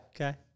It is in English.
Okay